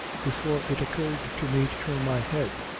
before it occurred to me to turn my head.